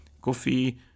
coffee